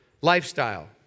Lifestyle